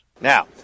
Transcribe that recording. Now